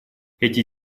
эти